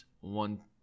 one